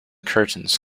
curtains